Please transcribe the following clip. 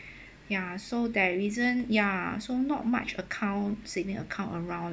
ya so there isn't ya so not much account senior account around